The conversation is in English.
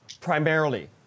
primarily